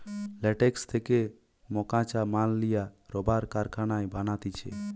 latex থেকে মকাঁচা মাল লিয়া রাবার কারখানায় বানাতিছে